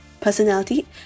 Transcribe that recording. personality